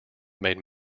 made